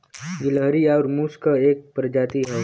गिलहरी आउर मुस क एक परजाती होला